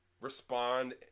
respond